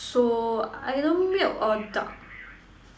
so either milk or dark